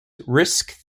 risk